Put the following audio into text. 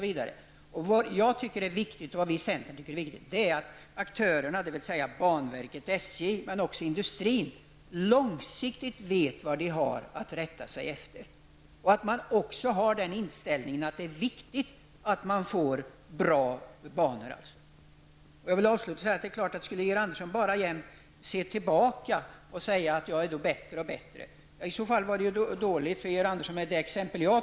Vi i centern tycker det är viktigt att aktörerna, dvs. banverket och SJ men också industrin, vet vad de långsiktigt har att rätta sig efter. Inställningen måste vara att det är viktigt med bra banor. Georg Andersson ser tillbaka och säger att det inte i modern tid har satsats så mycket på järnvägar som nu. Om det är riktigt så var mitt exempel dåligt.